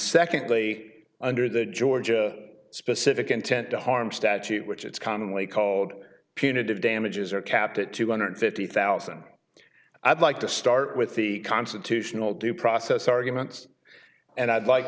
secondly under the georgia specific intent to harm statute which it's commonly called punitive damages are capped at two hundred fifty thousand i'd like to start with the constitutional due process arguments and i'd like